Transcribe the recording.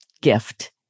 gift